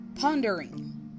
pondering